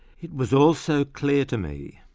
it was also clear to me,